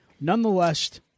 Nonetheless